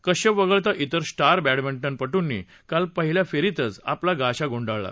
कश्यप वगळता त्त्रिर स्टार बद्धमिंटनपटूंनी काल पहिल्या फेरीतच आपला गाशा गुंडाळला